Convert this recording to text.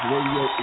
Radio